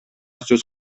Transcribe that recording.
сөз